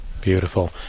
Beautiful